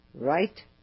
Right